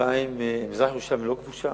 מזרח-ירושלים היא לא כבושה,